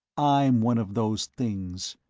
i'm one of those things.